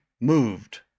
moved